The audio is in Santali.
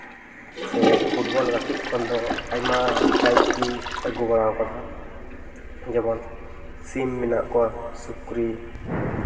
ᱥᱮ ᱯᱷᱩᱴᱵᱚᱞ ᱜᱟᱛᱮᱜ ᱠᱷᱚᱱ ᱫᱚ ᱟᱭᱢᱟ ᱯᱨᱟᱭᱤᱡᱽ ᱜᱮ ᱟᱹᱜᱩ ᱵᱟᱲᱟᱣ ᱠᱟᱫᱟ ᱡᱮᱢᱚᱱ ᱥᱤᱢ ᱢᱮᱱᱟᱜ ᱠᱚᱣᱟ ᱥᱩᱠᱨᱤ